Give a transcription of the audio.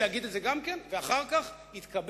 שיגיד את זה גם ואחר כך יתכבד,